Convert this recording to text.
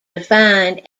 defined